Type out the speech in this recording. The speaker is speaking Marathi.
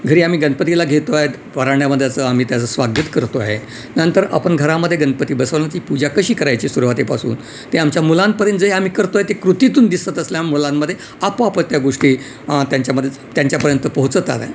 घरी आम्ही गणपतीला घेतो आहेत आम्ही त्याचं स्वागत करतो आहे नंतर आपण घरामध्ये गणपती बसवण्याची पूजा कशी करायची सुरुवातीपासून ते आमच्या मुलांपर्यंत जे आम्ही करतो आहे ते कृतीतून दिसत असल्याने मुलांमध्ये आपोआपत त्या गोष्टी त्यांच्या मग त्यांच्यापर्यंत पोहोचतात आहे